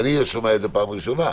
שומע את זה פעם ראשונה.